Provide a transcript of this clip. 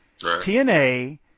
TNA